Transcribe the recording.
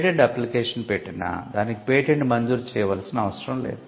patent application పెట్టినా దానికి patent మంజూరు చేయవలసిన అవసరం లేదు